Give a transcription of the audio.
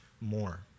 more